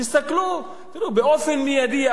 תסתכלו באופן מיידי,